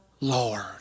Lord